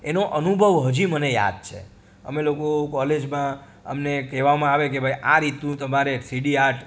એનો અનુભવ હજી મને યાદ છે અમે લોકો કૉલેજમાં અમને કહેવામાં આવે કે ભાઈ આ રીતનું તમારે થ્રિડી આર્ટ